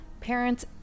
parents